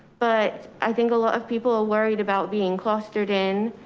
but i think a lot of people are worried about being clustered in.